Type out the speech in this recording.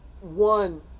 one